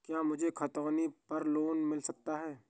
क्या मुझे खतौनी पर लोन मिल सकता है?